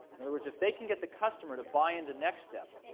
in other words, if they can get the customer to buy into nextstep,